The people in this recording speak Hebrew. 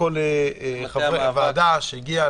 לכל חברי הוועדה שהגיעו,